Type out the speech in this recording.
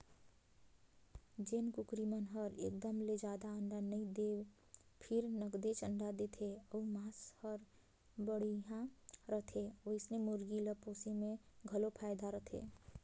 जेन कुकरी मन हर एकदम ले जादा अंडा नइ दें फेर नगदेच अंडा देथे अउ मांस हर बड़िहा रहथे ओइसने मुरगी ल पोसे में घलो फायदा रथे